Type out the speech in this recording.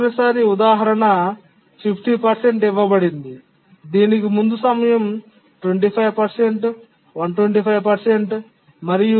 చివరిసారి ఉదాహరణ 50 ఇవ్వబడింది దీనికి ముందు సమయం 25 125 మరియు